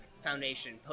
foundation